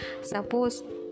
Suppose